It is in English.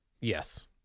Yes